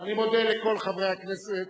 אני מודה לכל חברי הכנסת